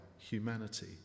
humanity